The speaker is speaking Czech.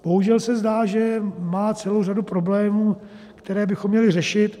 Bohužel se zdá, že má celou řadu problémů, které bychom měli řešit.